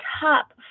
top